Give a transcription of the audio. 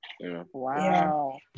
Wow